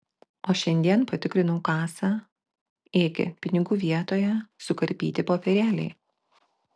o šiandien patikrinau kasą ėgi pinigų vietoje sukarpyti popierėliai